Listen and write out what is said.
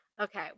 Okay